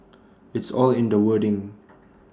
it's all in the wording